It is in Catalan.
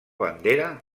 bandera